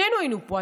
שנינו היינו פה.